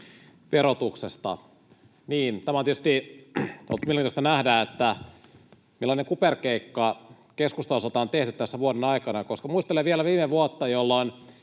nähdä, että millainen kuperkeikka keskustan osalta on tehty tässä vuoden aikana. Koska muistelen vielä viime vuotta, jolloin